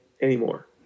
anymore